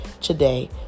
today